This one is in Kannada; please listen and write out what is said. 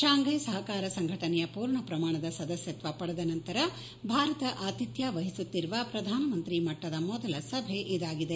ಶಾಂಫೈ ಸಹಕಾರ ಸಂಘಟನೆಯ ಪೂರ್ಣ ಪ್ರಮಾಣದ ಸದಸ್ಯತ್ವ ಪಡೆದ ನಂತರ ಭಾರತ ಅತಿಥ್ಯ ವಹಿಸುತ್ತಿರುವ ಪ್ರಧಾನಮಂತ್ರಿ ಮಟ್ಟದ ಮೊದಲ ಸಭೆ ಇದಾಗಿದೆ